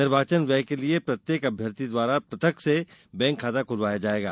निर्वाचन व्यय के लिये प्रत्येक अभ्यर्थी द्वारा पृथक से बैंक खाता खुलवाया जाएगा